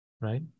right